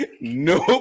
nope